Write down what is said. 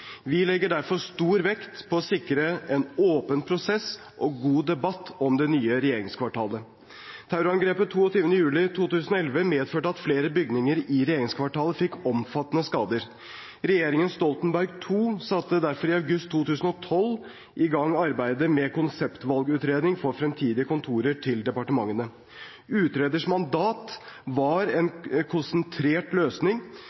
Vi legger derfor stor vekt på å sikre en åpen prosess og god debatt om det nye regjeringskvartalet. Terrorangrepet 22. juli 2011 medførte at flere bygninger i regjeringskvartalet fikk omfattende skader. Regjeringen Stoltenberg II satte derfor i august 2012 i gang arbeidet med konseptvalgutredning for fremtidige kontorer til departementene. Utreders mandat var en konsentrert løsning,